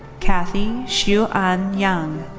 cathy shiu-an yang.